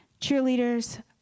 cheerleaders